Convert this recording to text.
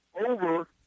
over